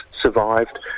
survived